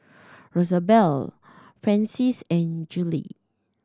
Rosabelle Francis and Julie